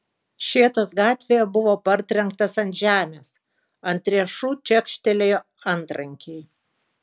šėtos gatvėje buvo partrenktas ant žemės ant riešų čekštelėjo antrankiai